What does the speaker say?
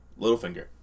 Littlefinger